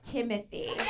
Timothy